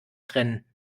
trennen